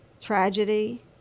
tragedy